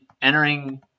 entering